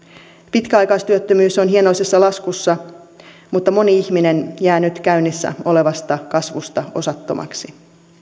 pitkäaikaistyöttömyys on hienoisessa laskussa mutta moni ihminen jää nyt käynnissä olevasta kasvusta osattomaksi